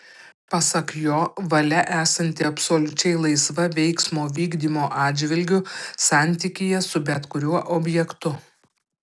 pasak jo valia esanti absoliučiai laisva veiksmo vykdymo atžvilgiu santykyje su bet kuriuo objektu